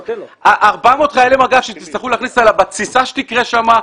400 חיילי מג"ב שתצטרכו להכניס בתפיסה שתקרה שם,